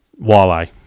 walleye